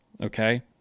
okay